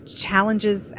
challenges